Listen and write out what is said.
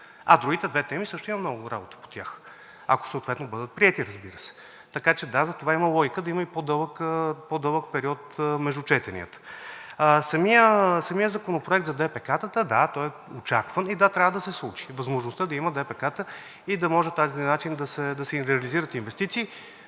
по другите две теми също има много работа, ако съответно бъдат приети, разбира се. Така че, да, затова има логика да има и по-дълъг период между четенията. Самият законопроект за ДПК-тата е очакван и трябва да се случи – възможността да има ДПК-та и да може по този начин да се реализират инвестиции.